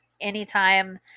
anytime